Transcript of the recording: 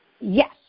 Yes